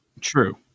True